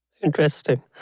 Interesting